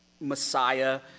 Messiah